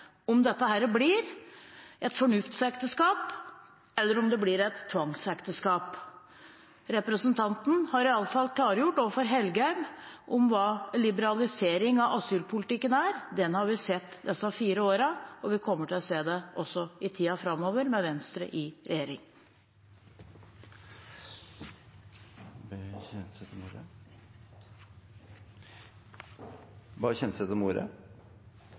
om det blir et fornuftsekteskap, eller om det blir et tvangsekteskap. Representanten har iallfall klargjort overfor Engen-Helgheim hva liberalisering av asylpolitikken er. Den har vi sett disse fire årene, og vi kommer til å se det også i tiden framover med Venstre i regjering. Representanten Ketil Kjenseth har hatt ordet